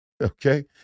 okay